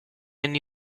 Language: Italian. anni